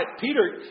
Peter